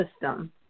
System